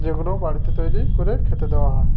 যেগুলো বাড়িতে তৈরি করে খেতে দেওয়া হয়